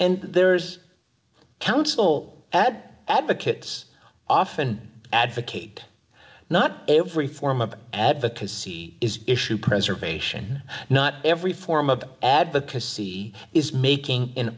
and there's a council ad advocates often advocate not every form of advocacy is issue preservation not every form of advocacy is making an